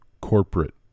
corporate